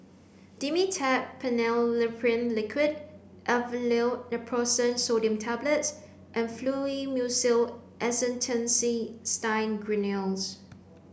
Dimetapp Phenylephrine Liquid Aleve Naproxen Sodium Tablets and Fluimucil Acetylcysteine Granules